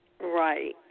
Right